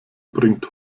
bringt